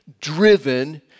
driven